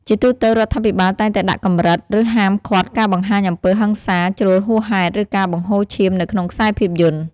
ជាទូទៅ រដ្ឋាភិបាលតែងតែដាក់កម្រិត ឬហាមឃាត់ការបង្ហាញអំពើហិង្សាជ្រុលហួសហេតុ ឬការបង្ហូរឈាមនៅក្នុងខ្សែភាពយន្ត។